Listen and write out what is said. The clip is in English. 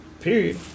Period